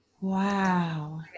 wow